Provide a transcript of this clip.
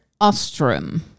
ostrom